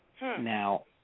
Now